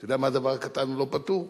אתה יודע מה הדבר הקטן והלא-פתור?